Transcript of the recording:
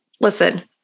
Listen